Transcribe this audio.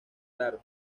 claro